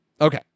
Okay